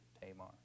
Tamar